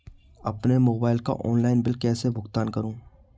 अपने मोबाइल का online bill कैसे भुगतान करूं?